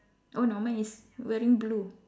oh no mine is wearing blue